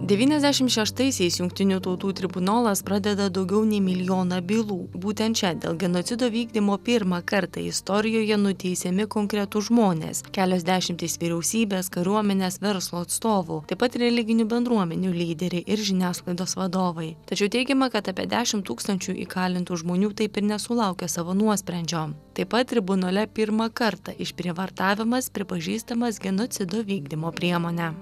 devyniasdešim šeštaisiais jungtinių tautų tribunolas pradeda daugiau nei milijoną bylų būtent čia dėl genocido vykdymo pirmą kartą istorijoje nuteisiami konkretūs žmonės kelios dešimtys vyriausybės kariuomenės verslo atstovų taip pat religinių bendruomenių lyderiai ir žiniasklaidos vadovai tačiau teigiama kad apie dešim tūkstančių įkalintų žmonių taip ir nesulaukia savo nuosprendžio taip pat tribunole pirmą kartą išprievartavimas pripažįstamas genocido vykdymo priemone